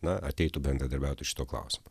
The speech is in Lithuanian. na ateitų bendradarbiauti šiuo klausim